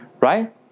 right